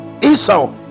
Esau